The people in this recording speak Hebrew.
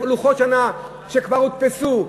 מה עם לוחות שנה שכבר הודפסו?